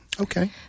Okay